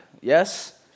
yes